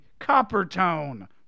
Coppertone